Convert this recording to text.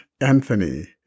anthony